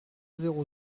zéro